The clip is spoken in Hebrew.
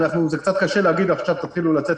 זה קצת קשה להגיד: עכשיו תתחילו לצאת